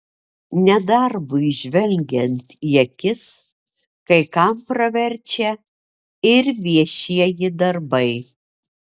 nedarbui žvelgiant į akis kai kam praverčia ir viešieji darbai